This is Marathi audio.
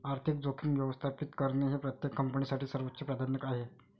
आर्थिक जोखीम व्यवस्थापित करणे हे प्रत्येक कंपनीसाठी सर्वोच्च प्राधान्य आहे